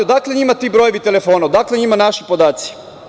Odakle njima ti brojevi telefona, odakle njima naši podaci?